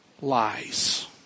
lies